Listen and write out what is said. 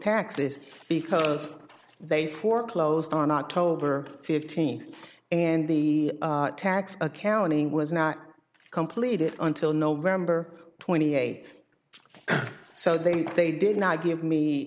taxes because they foreclosed on october fifteenth and the tax accounting was not completed until november twenty eighth so they they did not give me